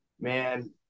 Man